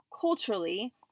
culturally